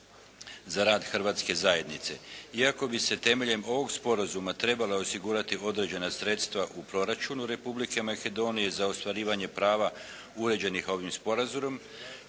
za rad hrvatske zajednice iako bi se temeljem ovog sporazuma trebala osigurati određena sredstva u proračunu Republike Makedonije za ostvarivanje prava uređenih ovim sporazumom.